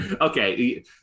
Okay